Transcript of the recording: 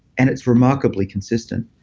and it's remarkably consistent.